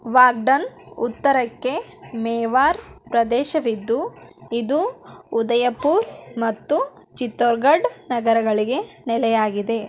ವಾಗ್ಡನ್ ಉತ್ತರಕ್ಕೆ ಮೇವಾರ್ ಪ್ರದೇಶವಿದ್ದುಇದು ಉದಯಪುರ್ ಮತ್ತು ಚಿತ್ತೋರ್ಗಡ್ ನಗರಗಳಿಗೆ ನೆಲೆಯಾಗಿದೆ